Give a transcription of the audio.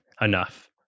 enough